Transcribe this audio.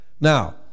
Now